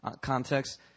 Context